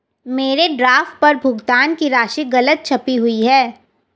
मेरे ड्राफ्ट पर भुगतान की राशि गलत छपी हुई है